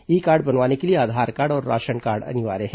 ई card बनवाने के लिए आधार कार्ड और राशन कार्ड अनिवार्य है